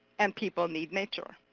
and people need nature.